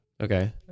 Okay